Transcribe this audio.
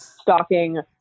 stalking